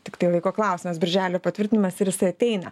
tiktai laiko klausimas birželio patvirtinimas ir jisai ateina